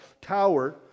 tower